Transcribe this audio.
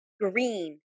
Green